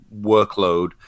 workload